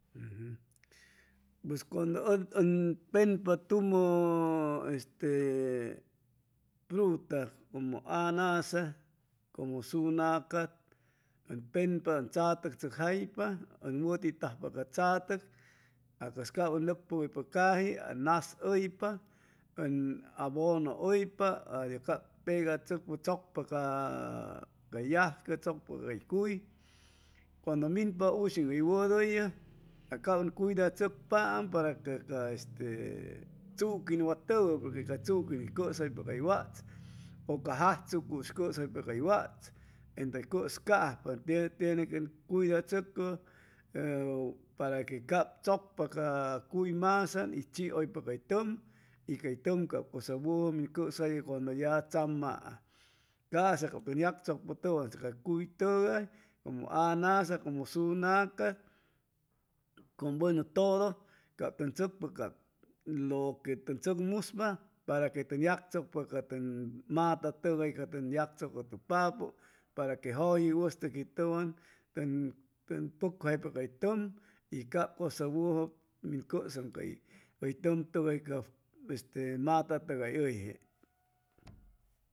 Pues cuando ut un penpa tumu este e fruta como anasa como sunacat un punpa un tsatuc tsucjaypa un wuti tajpa catsatuc a cas cab un nucpaguy pa caji a nas uypa u un abunu uypa adius cab pegatsucpa tsucpa ca yajcu tsucpa cay cuy cuando minpa ushin wuduyu cab un cuydatsucpaam para que ca este tsuquin wa tugu porque ca tsuquin uy cusuypa cay wats u cay jajtsucus uy cusuypa cay wats entu u cus cajpa tiene que un cuydatsucu para que cab tsucpa ca cuy masan y chiuypa ca tum y catum cab cusa wuju min cusuyu cuandu ya tsamaam casa cab uy yactsucpa tuwan ca cuy tugay como anana, como sunacat como buenu todo cab tun tsucpa loque tun tsucmuspa para que tun yactsucpa ca tun mata tugay ca tun yactsucutu papu para que juji wustucji tuwan tun pucjaypa cay tum y cab cusa wuju min cusa y cay uy tum tugay ca este mata tugay uyje.